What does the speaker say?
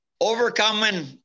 Overcoming